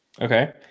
okay